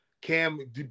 Cam